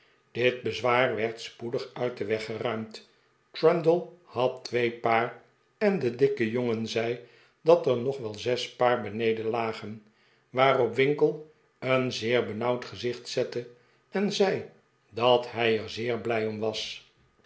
dit bezwaar werd spoedig uit den weg geruimd trundle had twee paar en de dikke jongen zei dat er nog wel zes paar beneden lagen waarop winkle een zeer benauwd gezicht zette en zei dat hij er zeer blij om was